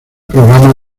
programa